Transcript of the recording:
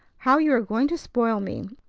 how you are going to spoil me!